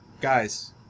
Guys